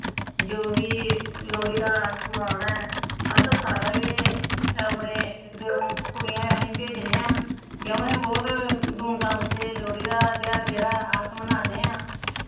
जो बी लोह्ड़ी दा समान ऐ अस सारा गै अपने जो कुड़ियां अस भेजने आं क्यों अस बौह्त धूम धाम से लोह्ड़ी दा तेहार जेह्ड़ा अस मनान्ने आं